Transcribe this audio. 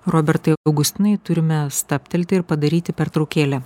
robertai augustinai turime stabtelti ir padaryti pertraukėlę